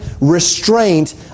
restraint